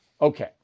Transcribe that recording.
Okay